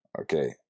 okay